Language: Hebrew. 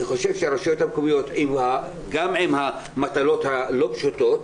אני חושב שהרשויות המקומיות גם עם המטלות הלא פשוטות